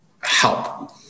help